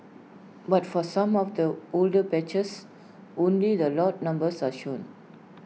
but for some of the older batches only the lot numbers are shown